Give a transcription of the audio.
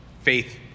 faith